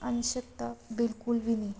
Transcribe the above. ਅੰਸ਼ਕਤਾ ਬਿਲਕੁਲ ਵੀ ਨਹੀਂ